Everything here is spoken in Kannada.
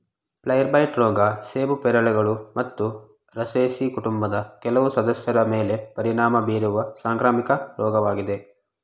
ಫೈರ್ಬ್ಲೈಟ್ ರೋಗ ಸೇಬು ಪೇರಳೆಗಳು ಮತ್ತು ರೋಸೇಸಿ ಕುಟುಂಬದ ಕೆಲವು ಸದಸ್ಯರ ಮೇಲೆ ಪರಿಣಾಮ ಬೀರುವ ಸಾಂಕ್ರಾಮಿಕ ರೋಗವಾಗಿದೆ